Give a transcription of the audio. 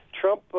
Trump